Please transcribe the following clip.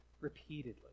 repeatedly